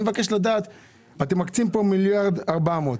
אתם מקצים פה מיליארד ו-400.